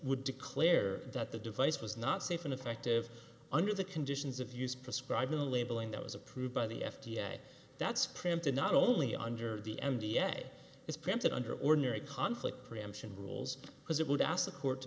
would declare that the device was not safe and effective under the conditions of use prescribing the labeling that was approved by the f d a that's preempted not only under the m d a is printed under ordinary conflict preemption rules because it would ask the court to